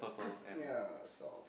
yea soft